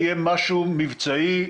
יהיה משהו מבצעי,